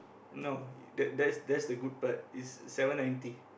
no that that's that's the good part is seven ninety